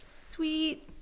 Sweet